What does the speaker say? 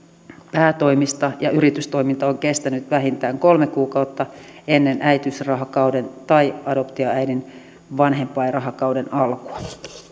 päätoimista ja yritystoiminta on kestänyt vähintään kolme kuukautta ennen äitiysrahakauden tai adoptioäidin vanhempainrahakauden alkua